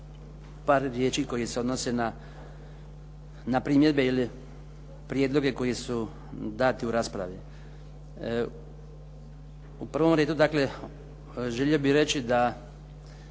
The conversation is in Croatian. par riječi koji se odnose na primjedbe ili prijedloge koji su dati u raspravi. U prvom redu, dakle želio bih reći da